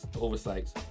oversights